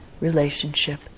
relationship